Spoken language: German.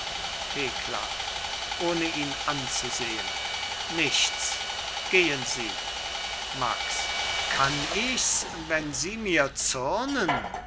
thekla ohne ihn anzusehen nichts gehen sie max kann ichs wenn sie mir zürnen